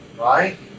right